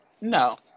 No